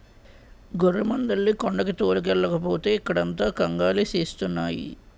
గొర్రెమందల్ని కొండకి తోలుకెల్లకపోతే ఇక్కడంత కంగాలి సేస్తున్నాయి